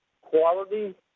quality